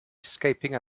escaping